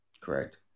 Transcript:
Correct